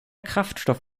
kraftstoff